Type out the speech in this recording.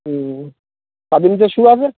হুম খাদিমসের শ্যু আছে